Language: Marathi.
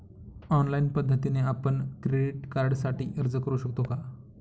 ऑनलाईन पद्धतीने आपण क्रेडिट कार्डसाठी अर्ज करु शकतो का?